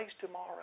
tomorrow